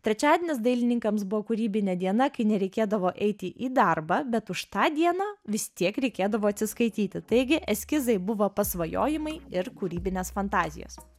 trečiadienis dailininkams buvo kūrybinė diena kai nereikėdavo eiti į darbą bet už tą dieną vis tiek reikėdavo atsiskaityti taigi eskizai buvo pasvajojimai ir kūrybinės fantazijos